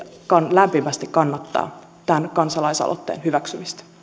lämpimästi kannattaa tämän kansalaisaloitteen hyväksymistä